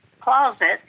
closet